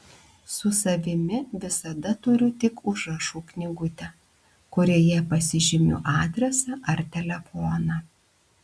su savimi visada turiu tik užrašų knygutę kurioje pasižymiu adresą ar telefoną